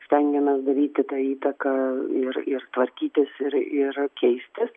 stengiamės daryti tą įtaką ir ir tvarkytis ir ir keistis